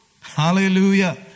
Hallelujah